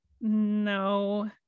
no